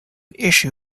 issue